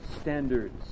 standards